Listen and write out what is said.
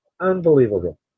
Unbelievable